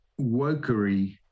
Wokery